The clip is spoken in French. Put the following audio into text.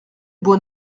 bois